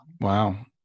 Wow